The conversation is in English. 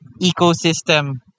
ecosystem